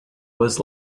was